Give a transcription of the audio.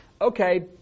Okay